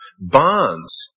bonds